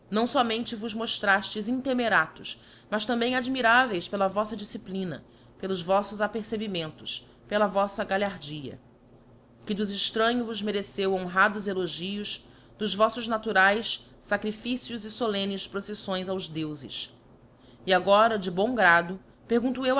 fomente vos moílraíles intemeratos mas também admiráveis pela vofla difciplina pelos voífos apercebimentos pela vofla galhardia o que dos extranhos vos mereceu honrados elogios dos voffos naturaes facrificios e folemnes prociffoes aos deufes e agora de bom grado pergunto